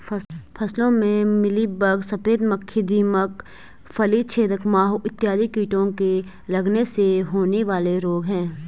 फसलों में मिलीबग, सफेद मक्खी, दीमक, फली छेदक माहू इत्यादि कीटों के लगने से होने वाले रोग हैं